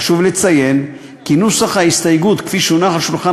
חשוב לציין כי נוסח ההסתייגות כפי שהונח על שולחן